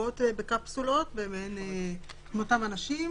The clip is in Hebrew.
להסעות בקפסולות עם אותם אנשים,